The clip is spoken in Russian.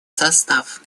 состав